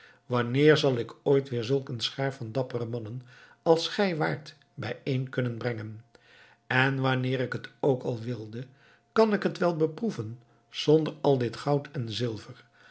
wanneer zal ik ooit weer zulk een schaar van dappere mannen als gij waart bijeen kunnen brengen en wanneer ik het ook al wilde kan ik het wel beproeven zonder al dit goud en zilver